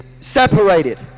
separated